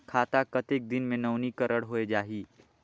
खाता कतेक दिन मे नवीनीकरण होए जाहि??